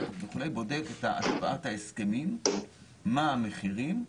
בודקים באופן ספציפי את השימושים שלה ואת המחיר שלה.